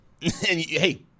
hey